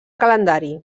calendari